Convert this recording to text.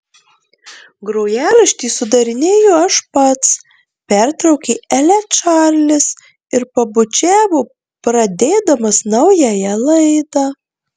grojaraštį sudarinėju aš pats pertraukė elę čarlis ir pabučiavo pradėdamas naująją laidą